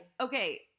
okay